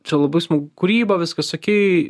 čia labai smagu kūryba viskas okei